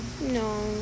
No